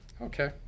okay